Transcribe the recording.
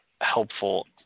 helpful